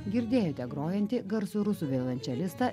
girdėjote grojantį garsų rusų violončelistą